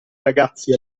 ragazzi